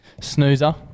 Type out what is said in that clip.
Snoozer